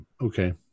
Okay